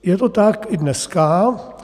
Je to tak i dneska.